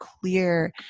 clear